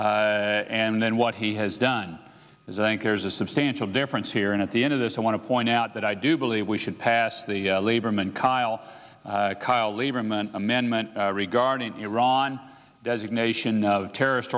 said and then what he has done is i think there's a substantial difference here and at the end of this i want to point out that i do believe we should pass the labor men kyl kyl lieberman amendment regarding iran designation terrorist